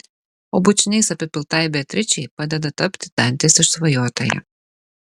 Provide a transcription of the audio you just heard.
o bučiniais apipiltai beatričei padeda tapti dantės išsvajotąja